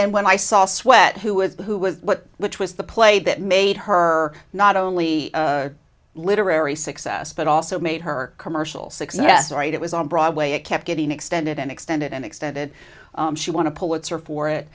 then when i saw sweat who was who was what which was the play that made her not only literary success but also made her commercial success rate it was on broadway it kept getting extended and extended and extended she want to pulitzer for it